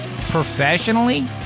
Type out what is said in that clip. professionally